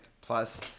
plus